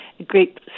great